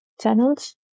channels